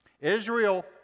Israel